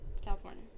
California